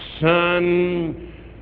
son